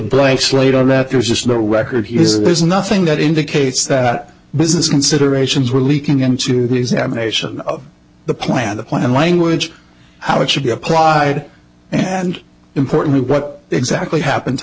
blank slate on that there's just no record his there's nothing that indicates that business considerations were leaking into the examination of the plan the plan language how it should be applied and importantly what exactly happened to